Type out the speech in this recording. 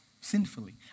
sinfully